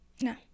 No